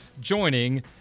joining